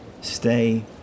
Stay